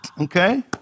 Okay